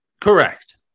Correct